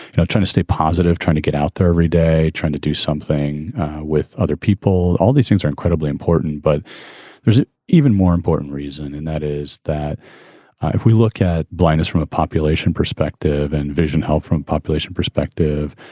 you know, trying to stay positive, trying to get out there every day, trying to do something with other people. all these things are incredibly important, but there's even more. important reason, and that is that if we look at us from a population perspective and vision help from a population perspective,